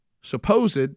supposed